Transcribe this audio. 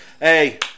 hey